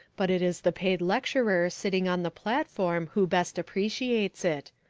but it is the paid lecturer sitting on the platform who best appreciates it.